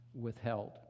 withheld